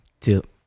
Tip